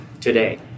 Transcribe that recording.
today